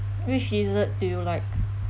which dessert do you like